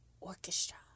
Orchestra